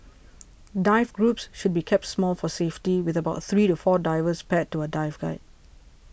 dive groups should be kept small for safety with about three to four divers paired to a dive guide